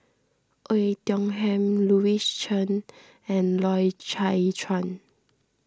Oei Tiong Ham Louis Chen and Loy Chye Chuan